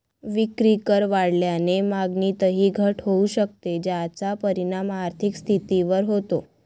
विक्रीकर वाढल्याने मागणीतही घट होऊ शकते, ज्याचा परिणाम आर्थिक स्थितीवर होतो